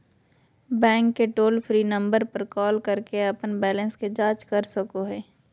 bank के toll free number पर call करके अपन बैलेंस के जांच कर सको हइ